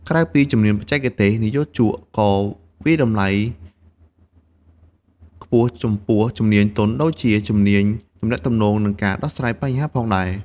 ក្រៅពីជំនាញបច្ចេកទេស និយោជកក៏វាយតម្លៃខ្ពស់ចំពោះជំនាញទន់ដូចជា ជំនាញទំនាក់ទំនង និងការដោះស្រាយបញ្ហាផងដែរ។